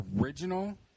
original